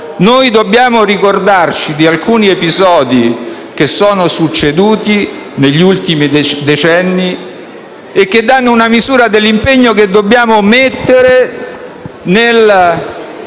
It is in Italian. Dobbiamo ricordarci di alcuni episodi che sono accaduti negli ultimi decenni e che danno una misura dell'impegno che dobbiamo mettere nel